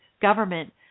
government